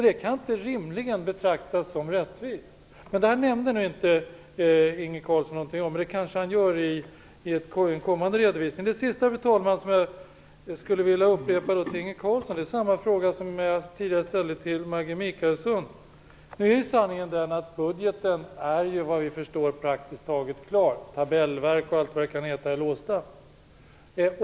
Detta kan inte rimligen betraktas som rättvist. Det nämnde Inge Carlsson ingenting om. Men det kanske han gör i en kommande redovisning. Fru talman! Jag vill slutligen rikta samma uppmaning till Inge Carlsson som jag tidigare riktade till Maggi Mikaelsson. Sanningen är ju den att budgeten, såvitt vi förstår, praktiskt taget är klar. Ställverk, och allt vad det nu kan heta, är låsta.